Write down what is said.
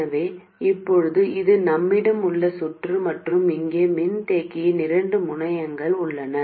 எனவே இப்போது இது நம்மிடம் உள்ள சுற்று மற்றும் இங்கே மின்தேக்கியின் இரண்டு முனையங்கள் உள்ளன